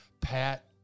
Pat